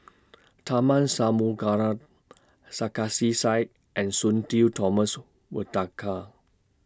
Tharman Sarkasi Said and Sudhir Thomas